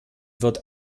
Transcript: wird